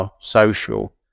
social